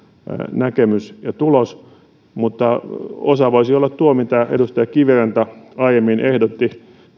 näkemys ja tulos mutta osa voisi olla tuo mitä edustaja kiviranta aiemmin ehdotti